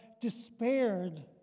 despaired